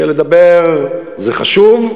כי לדבר זה חשוב,